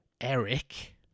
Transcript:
eric